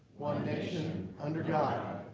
one nation, under god,